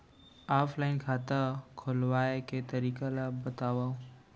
Offline खाता खोलवाय के तरीका ल बतावव?